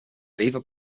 viva